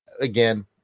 again